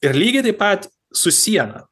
ir lygiai taip pat su siena